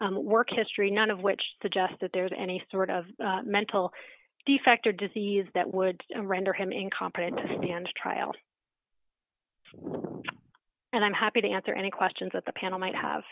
his work history none of which suggests that there's any sort of mental defect or disease that would render him incompetent to stand trial and i'm happy to answer any questions that the panel might have